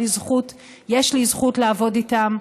שיש לי זכות לעבוד איתם.